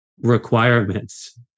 requirements